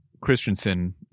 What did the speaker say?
Christensen